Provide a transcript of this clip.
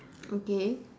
okay